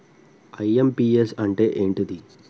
IMPS అంటే ఏంటిది?